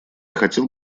хотел